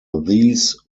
these